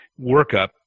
workup